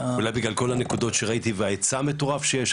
אולי בגלל כל הנקודות שראיתי וההיצע מטורף שיש.